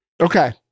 Okay